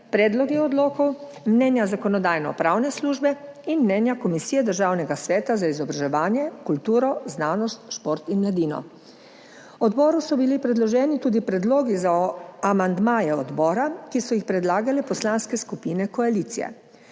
predlogi odlokov, mnenja Zakonodajno-pravne službe in mnenja Komisije Državnega sveta za izobraževanje, kulturo, znanost, šport in mladino. Odboru so bili predloženi tudi predlogi za amandmaje odbora, ki so jih predlagale poslanske skupine koalicije.